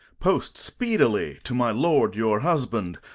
post speedily to my lord your husband,